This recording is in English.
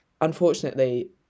Unfortunately